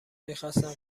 میخاستن